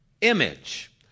image